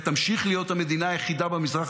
ישראל תמשיך להיות המדינה היחידה במזרח